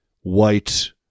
white